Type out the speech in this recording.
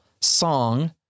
song